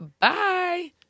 Bye